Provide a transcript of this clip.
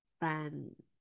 friend